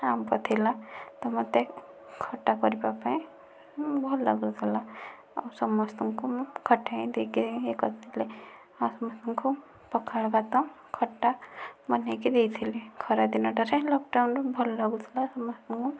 ଆମ୍ବ ଥିଲା ତ ମୋତେ ଖଟା କରିବା ପାଇଁ ଭଲ ଲାଗୁଥିଲା ଆଉ ସମସ୍ତଙ୍କୁ ମୁଁ ଖଟା ହିଁ ଦେଇକି ଇଏ କରିଥିଲି ଆଉ ସମସ୍ତଙ୍କୁ ପଖାଳ ଭାତ ଖଟା ବନେଇକି ଦେଇଥିଲି ଖରା ଦିନଟାରେ ଲକଡାଉନ ଭଲ ଲାଗୁଥିଲା ସମସ୍ତଙ୍କୁ